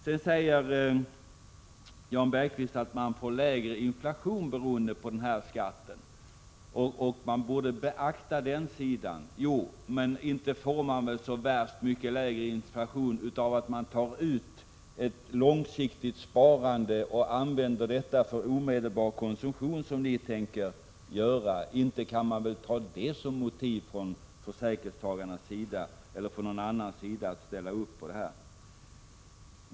Vidare säger Jan Bergqvist att vi kan få ned inflationen med hjälp av den här skatten och att vi borde beakta detta faktum. Jo, men inte blir väl inflationen särskilt mycket lägre genom att man väljer ut ett långsiktigt sparande och använder sig av det för omedelbar konsumtion — det är ju vad ni tänker göra. Det kan man väl inte anföra som motiv för denna skatt. Jag tror alltså inte att man på det sättet kan få vare sig försäkringstagare eller andra att ställa upp på det här.